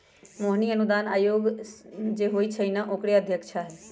मोहिनी अनुदान आयोग जे होई छई न ओकरे अध्यक्षा हई